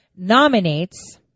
nominates